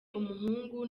umuhungu